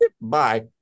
bye